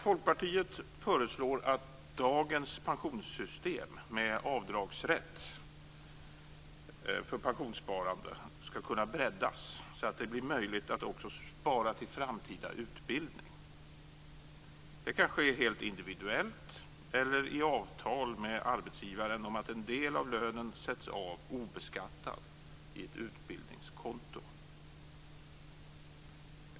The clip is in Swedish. Folkpartiet föreslår att dagens pensionssystem med avdragsrätt för pensionssparande skall kunna breddas så att det blir möjligt att också spara till framtida utbildning. Det kan ske helt individuellt eller i avtal med arbetsgivaren om att en del av lönen sätts av obeskattad i ett utbildningskonto.